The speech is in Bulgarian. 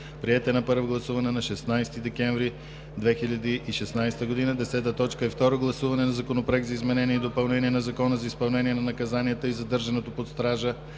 Приет е на първо гласуване на 16 декември 2016 г. 10. Второ гласуване на Законопроект за изменение и допълнение на Закона за изпълнение на наказанията и задържането под стража.